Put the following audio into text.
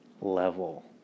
level